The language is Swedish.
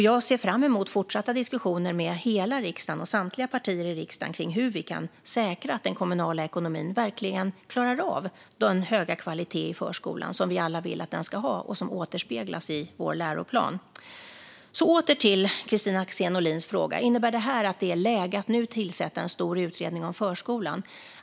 Jag ser fram emot fortsatta diskussioner med hela riksdagen och samtliga partier i riksdagen om hur vi kan säkra att den kommunala ekonomin verkligen klarar av den höga kvalitet som vi alla vill att förskolan ska ha och som återspeglas i vår läroplan. Åter till Kristina Axén Olins fråga: Innebär det här att det nu är läge att tillsätta en stor utredning om förskolan?